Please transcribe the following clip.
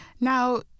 Now